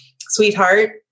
sweetheart